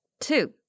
Two